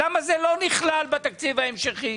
לא נכלל בתקציב ההמשכי.